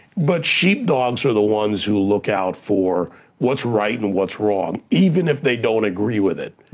but sheepdogs are the ones who look out for what's right and what's wrong, even if they don't agree with it,